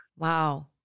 Wow